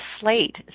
slate